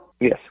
Yes